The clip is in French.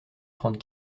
trente